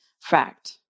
fact